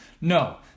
No